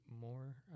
more